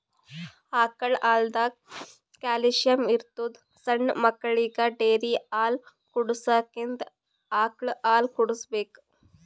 ಆಕಳ್ ಹಾಲ್ದಾಗ್ ಕ್ಯಾಲ್ಸಿಯಂ ಇರ್ತದ್ ಸಣ್ಣ್ ಮಕ್ಕಳಿಗ ಡೇರಿ ಹಾಲ್ ಕುಡ್ಸಕ್ಕಿಂತ ಆಕಳ್ ಹಾಲ್ ಕುಡ್ಸ್ಬೇಕ್